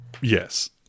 Yes